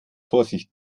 vorsicht